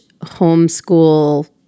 homeschool